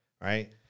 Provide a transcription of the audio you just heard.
right